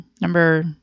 Number